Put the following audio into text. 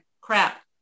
crap